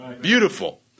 Beautiful